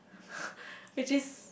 which is